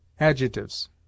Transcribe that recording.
Adjectives